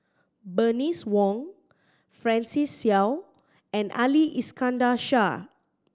Bernice Wong Francis Seow and Ali Iskandar Shah